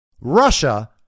Russia